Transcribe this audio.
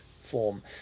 form